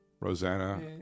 Rosanna